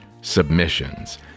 submissions